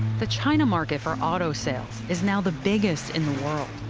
the china market for auto sales is now the biggest in the world.